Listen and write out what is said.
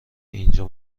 اینجا